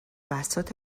بساط